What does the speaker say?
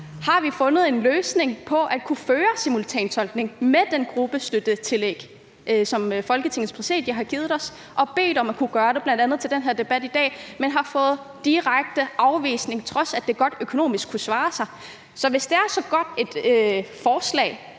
har fundet en løsning på at kunne gennemføre simultantolkning med det tillæg, som Folketingets Præsidium har givet os. Vi har bedt om at kunne gøre det bl.a. til debatten i dag, men har fået en direkte afvisning, på trods af at det økonomisk godt kunne svare sig. Så hvis det er så god en løsning,